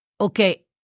okay